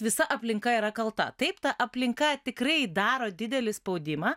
visa aplinka yra kalta taip ta aplinka tikrai daro didelį spaudimą